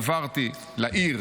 העברתי לעיר,